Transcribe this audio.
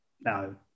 No